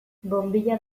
bonbilla